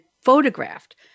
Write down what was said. photographed